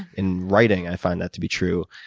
in writing, i find that to be true.